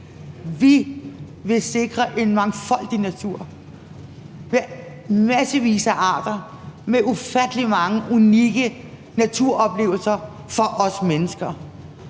Vi vil sikre en mangfoldig natur med massevis af arter, med ufattelig mange unikke naturoplevelser for os mennesker.